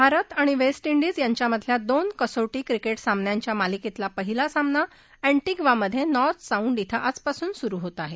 भारत आणि West Indies यांच्यातल्या दोन कसोटी क्रिकेट सामन्यांच्या मालिकेतला पहिला सामना एन्टीग्वामधजिार्थ साउंड इथं आजपासून सुरू होत आहे